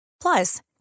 Plus